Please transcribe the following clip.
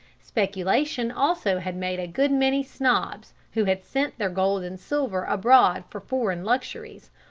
speculation also had made a good many snobs who had sent their gold and silver abroad for foreign luxuries,